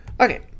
okay